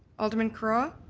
alderman curragh?